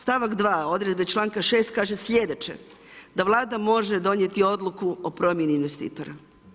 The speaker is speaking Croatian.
Stavak 2., odredbe čl. 6. kaže slijedeće: da Vlada može donijeti odluku o promjeni investitora.